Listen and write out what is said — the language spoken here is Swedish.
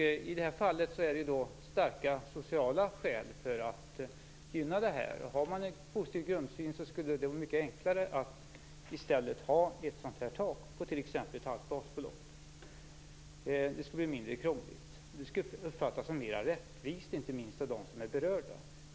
I det här fallet finns det starka sociala skäl för att gynna självförvaltning. Om man har en positiv grundsyn skulle det vara mycket enklare att i stället ha ett tak på exempelvis ett halvt basbelopp. Det skulle blir mindre krångligt och uppfattas som mer rättvist, inte minst av de berörda.